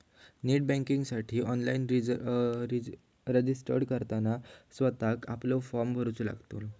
net बँकिंगसाठी online registered करताना स्वतःक आपलो फॉर्म भरूचो लागतलो